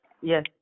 Yes